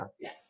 yes